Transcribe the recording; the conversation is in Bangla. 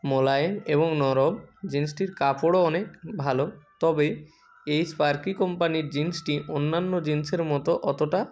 মোলায়েম এবং নরম জিন্সটির কাপড়ও অনেক ভালো তবে এই স্পার্কি কোম্পানির জিন্সটি অন্যান্য জিন্সের মতো অতটা